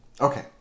Okay